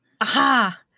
Aha